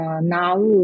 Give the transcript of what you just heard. now